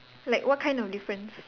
like what kind of difference